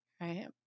right